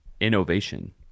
innovation